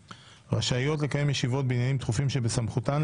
רשאיות לקיים ישיבות בעניינים דחופים שבסמכותן,